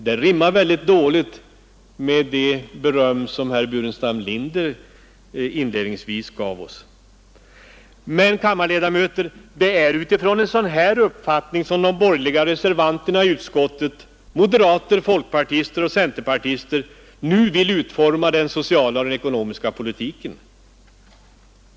Det rimmar mycket dåligt med det beröm som herr Burenstam Linder inledningsvis gav oss. Men, kammarledamöter, det är utifrån en sådan här uppfattning som de borgerliga reservanterna i utskottet — moderater, folkpartister och centerpartister — nu vill utforma den sociala och ekonomiska politiken.